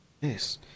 Yes